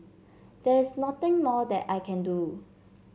there's nothing more that I can do